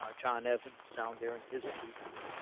um john evans down there and his students.